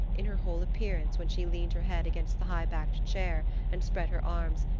in her whole appearance when she leaned her head against the high-backed chair and spread her arms,